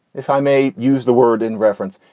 if i may use the word in reference,